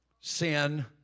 Sin